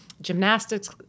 gymnastics